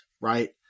right